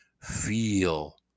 feel